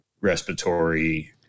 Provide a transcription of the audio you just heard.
respiratory